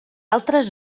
altres